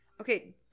Okay